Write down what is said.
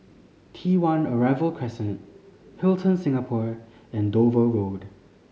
T One Arrival Crescent Hilton Singapore and Dover Road